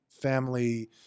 family